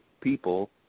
people